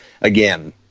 Again